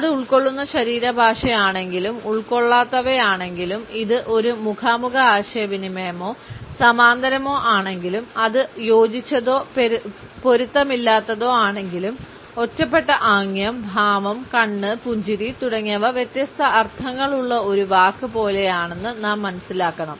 അത് ഉൾക്കൊള്ളുന്ന ശരീരഭാഷയാണെങ്കിലും ഉൾക്കൊള്ളാത്തവയാണെങ്കിലും ഇത് ഒരു മുഖാമുഖ ആശയവിനിമയമോ സമാന്തരമോ ആണെങ്കിലും അത് യോജിച്ചതോ പൊരുത്തമില്ലാത്തതോ ആണെങ്കിലും ഒറ്റപ്പെട്ട ആംഗ്യം ഭാവം കണ്ണ് പുഞ്ചിരി തുടങ്ങിയവ വ്യത്യസ്ത അർത്ഥങ്ങളുള്ള ഒരു വാക്ക് പോലെയാണെന്ന് നാം മനസ്സിലാക്കണം